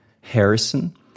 Harrison